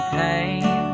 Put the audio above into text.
pain